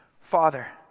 Father